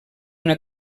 una